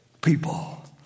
people